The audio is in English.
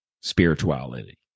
spirituality